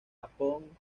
japón